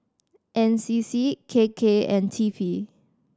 N C C K K and T P